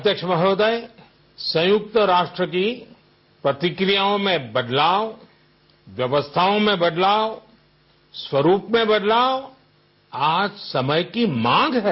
अध्यक्ष महोदय संयुक्त राष्ट्र के प्रतिक्रियाओं में बलदाव व्यवस्थाओं में बदलाव स्वरूप में बदलाव आज समय की मोंग है